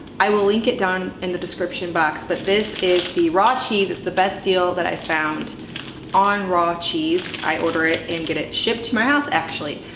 i will link it down in the description box but this is the raw cheese. it's the best deal that i found on raw cheese. i order it and get it shipped to my house actually.